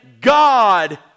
God